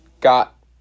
got